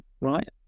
right